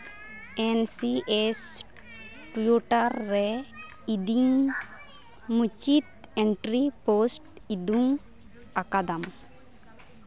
ᱮᱱ C S Twitter ᱨᱮ ᱤᱫᱤᱧ ᱢᱩᱪᱟᱹᱫ ᱮᱱᱴᱨᱤ ᱯᱳᱥᱴ ᱩᱫᱩᱜ ᱟᱠᱟᱫᱟᱢ